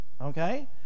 Okay